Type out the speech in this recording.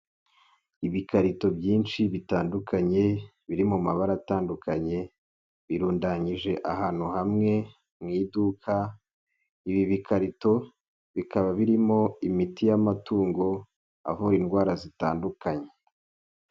Ibikarito byinshi bitandukanye biri mu mabara atandukanye birundanyije ahantu hamwe mu iduka, ibi bikarito bikaba birimo imiti y'amatungo avura indwara zitandukanye.